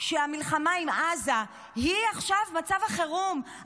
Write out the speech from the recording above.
שהמלחמה עם עזה היא עכשיו מצב החירום,